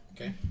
Okay